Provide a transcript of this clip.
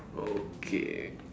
okay